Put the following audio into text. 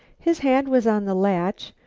his hand was on the latch,